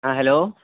ہاں ہیلو